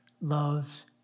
loves